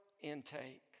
intake